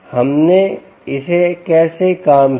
हमने इसे कैसे काम किया